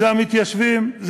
המתיישבים,